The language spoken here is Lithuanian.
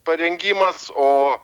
parengimas o